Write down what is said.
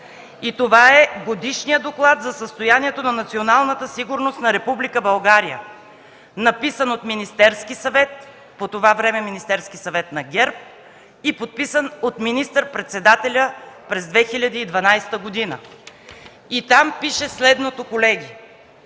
г. Това е Годишният доклад за състоянието на националната сигурност на Република България, написан от Министерския съвет – по това време Министерски съвет на ГЕРБ, и подписан от министър-председателя през 2012 г. Там пише следното, колеги: